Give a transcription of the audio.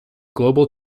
global